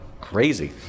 Crazy